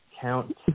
count